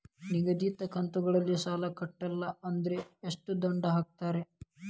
ನಿಗದಿತ ಕಂತ್ ಗಳಲ್ಲಿ ಸಾಲ ಕಟ್ಲಿಲ್ಲ ಅಂದ್ರ ಎಷ್ಟ ದಂಡ ಹಾಕ್ತೇರಿ?